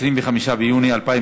הצעת חוק בתי-המשפט (תיקון מס' 76) (איסור